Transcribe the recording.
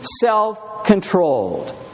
self-controlled